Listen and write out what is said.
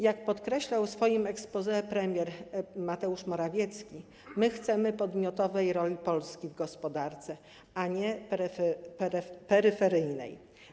Jak podkreślał w exposé premier Mateusz Morawiecki, chcemy podmiotowej roli Polski w gospodarce, a nie peryferyjnej.